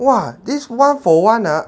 !wah! this one for one ah